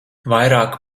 vairāk